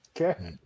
Okay